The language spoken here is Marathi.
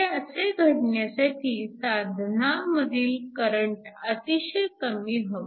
हे असे घडण्यासाठी साधनांमधील करंट अतिशय कमी हवा